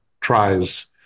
tries